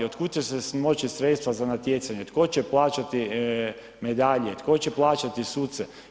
Otkud će se smoći sredstva za natjecanje, tko će plaćati medalje, tko će plaćati suce?